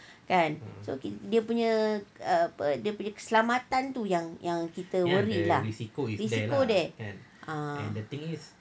kan so dia punya dia punya keselamatan tu yang yang kita worry lah risiko there ah